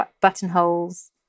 buttonholes